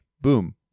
boom